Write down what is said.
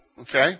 okay